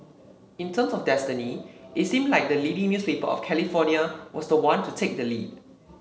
in terms of destiny it seemed like the leading newspaper of California was the one to take the lead